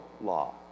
law